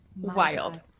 wild